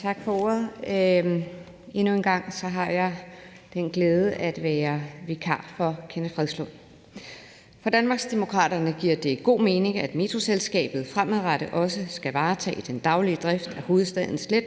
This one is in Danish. Tak for ordet. Endnu en gang har jeg den glæde at være vikar for Kenneth Fredslund Petersen. For Danmarksdemokraterne giver det god mening, at Metroselskabet fremadrettet også skal varetage den daglige drift af Hovedstadens